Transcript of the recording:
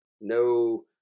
No